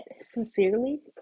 Sincerely